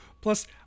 Plus